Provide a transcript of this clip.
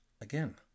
again